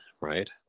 right